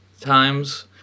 times